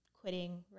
quitting